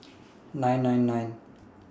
nine nine nine